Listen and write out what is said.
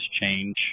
change